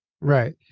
right